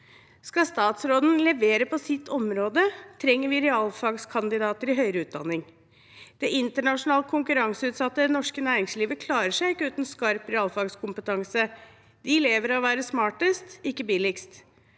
Skal statsråden levere på sitt område, trenger vi realfagskandidater i høyere utdanning. Det internasjonalt konkurranseutsatte norske næringslivet klarer seg ikke uten skarp realfagskompetanse. De lever av å være smartest, ikke billigst.